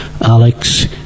Alex